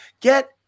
get –